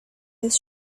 his